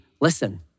listen